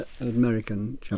American